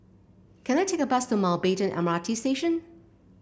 can I take a bus to Mountbatten M R T Station